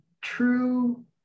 true